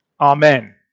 Amen